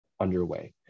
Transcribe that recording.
underway